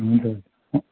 हुन्छ